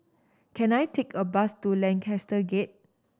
can I take a bus to Lancaster Gate